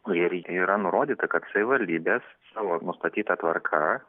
kur ir yra nurodyta kad savivaldybės savo nustatyta tvarka